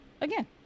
again